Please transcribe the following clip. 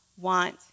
want